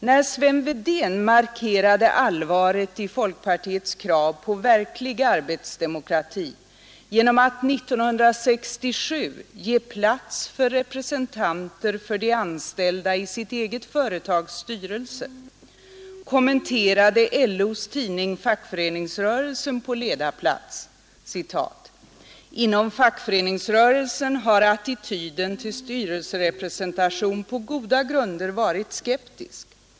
När Sven Wedén markerade allvaret i folkpartiets krav på verklig arbetsdemokrati genom att 1967 ge plats för representanter för de anställda i sitt eget företags styrelse kommenterade LO:s tidning Fackföreningsrörelsen på ledarplats: ”Inom fackföreningsrörelsen har attityden till styrelserepresentation på goda grunder varit skeptisk.